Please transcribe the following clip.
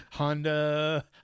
Honda